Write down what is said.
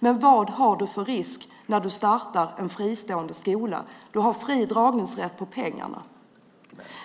Vad finns det för risk när man startar en fristående skola? Man har fri dragningsrätt på pengarna.